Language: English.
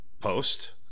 post